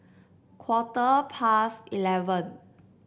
quarter past eleven